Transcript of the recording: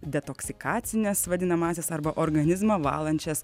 detoksikacines vadinamąsias arba organizmą valančias